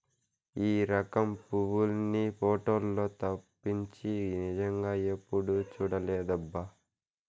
ఈ రకం పువ్వుల్ని పోటోలల్లో తప్పించి నిజంగా ఎప్పుడూ చూడలేదబ్బా